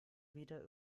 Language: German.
wieder